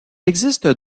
existe